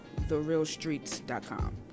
therealstreets.com